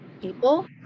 people